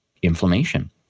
inflammation